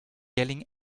yelling